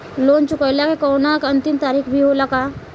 Loan चुकवले के कौनो अंतिम तारीख भी होला का?